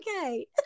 okay